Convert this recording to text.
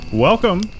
welcome